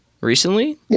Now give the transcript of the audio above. Recently